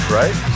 right